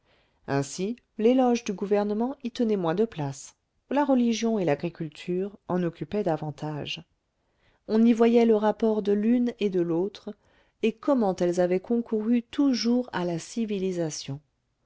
ainsi l'éloge du gouvernement y tenait moins de place la religion et l'agriculture en occupaient davantage on y voyait le rapport de l'une et de l'autre et comment elles avaient concouru toujours à la civilisation